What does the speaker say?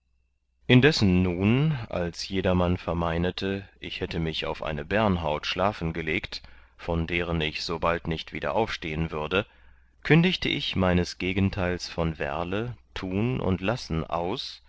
indessen nun als jedermann vermeinete ich hätte mich auf eine bärnhaut schlafen gelegt von deren ich so bald nicht wieder aufstehen würde kündigte ich meines gegenteils von werle tun und lassen aus